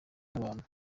n’abantu